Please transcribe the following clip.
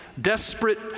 desperate